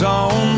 on